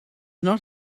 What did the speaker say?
not